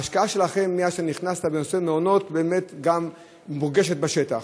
ההשקעה שלכם מאז נכנסת לנושא המעונות באמת מורגשת בשטח,